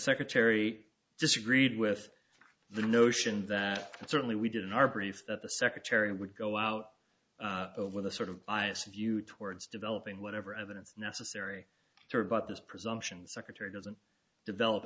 secretary disagreed with the notion that certainly we did in our brief that the secretary would go out over the sort of biased view towards developing whatever evidence necessary for about this presumption secretary doesn't develop